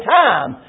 time